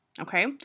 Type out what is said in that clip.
Okay